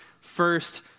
first